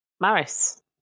Maris